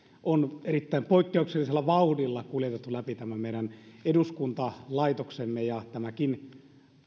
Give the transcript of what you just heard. on erittäin poikkeuksellisella vauhdilla kuljetettu läpi tämän meidän eduskuntalaitoksemme tämäkin